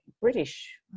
British